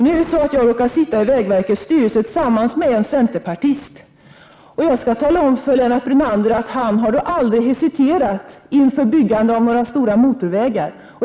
Nu är det så att jag råkar sitta i vägverkets styrelse, tillsammans med en centerpartist, och jag skall tala om för Lennart Brunander att denne centerpartist då aldrig har hesiterat inför byggandet av några stora motorvägar.